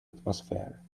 atmosphere